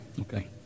Okay